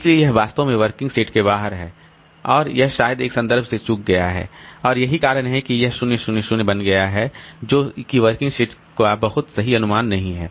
इसलिए यह वास्तव में वर्किंग सेट के बाहर है और यह शायद एक संदर्भ से चूक गया है और यही कारण है कि यह 0 0 0 बन गया है जो कि वर्किंग सेट का बहुत सही अनुमान नहीं है